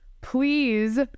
please